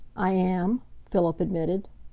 i am, philip admitted.